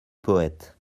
poète